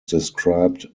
described